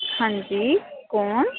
हां जी कौन